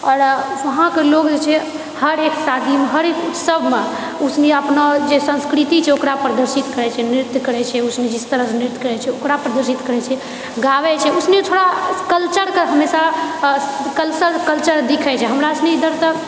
आओर वहांँ कऽ लोग जे छै हरेक शादीमे हरेक सबमे ओ सुनि अपनो आओर जे संस्कृति छै ओकरा प्रदर्शित करैत छै नृत्य करैत छै ओ सब जिस तरहसँ नृत्य करैत छै ओकरा प्रदर्शित करैत छै गाबै छै इसलिए थोड़ा कल्चरके हमेशा कल्चर कल्चर दिखैत छै हमरा सुनितऽ